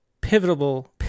pivotal